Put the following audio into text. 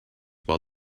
while